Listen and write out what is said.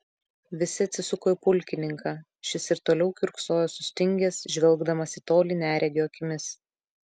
visi atsisuko į pulkininką šis ir toliau kiurksojo sustingęs žvelgdamas į tolį neregio akimis